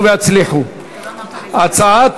התשע"ד 2014, לדיון מוקדם